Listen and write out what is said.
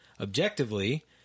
objectively